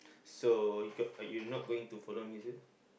so you got you not going to follow me is it